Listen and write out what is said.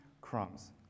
crumbs